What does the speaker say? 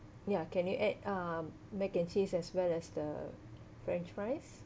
ya can you add um mac and cheese as well as the french fries